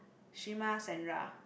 Shima-Sandra